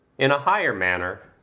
in a higher manner,